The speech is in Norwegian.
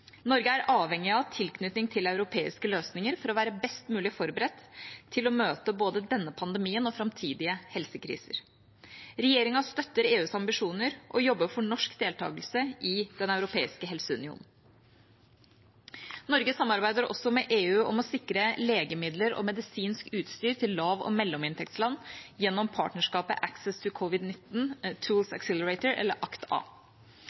Norge er avhengig av tilknytning til europeiske løsninger for å være best mulig forberedt til å møte både denne pandemien og framtidige helsekriser. Regjeringa støtter EUs ambisjoner og jobber for norsk deltakelse i den europeiske helseunionen. Norge samarbeider også med EU om å sikre legemidler og medisinsk utstyr til lav- og mellominntektsland gjennom partnerskapet